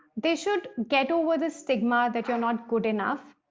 they should get over the stigma that you're not good enough.